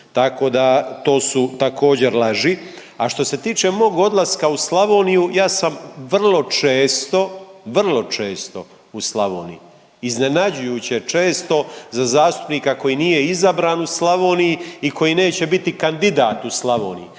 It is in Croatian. Tako da to su također laži. A što se tiče mog odlaska u Slavoniju, ja sam vrlo često, vrlo često u Slavoniji. Iznenađujuće često, za zastupnika koji nije izabran u Slavoniji i koji neće biti kandidat u Slavoniji.